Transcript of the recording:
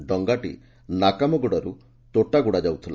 ଡଙ୍ଙାଟି ନାକାମାଗୁଡୁରୁ ତୋଟାଗୁଡ଼ା ଯାଉଥିଲା